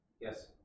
Yes